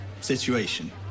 situation